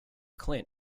clint